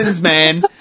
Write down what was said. man